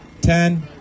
ten